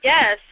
Yes